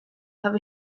have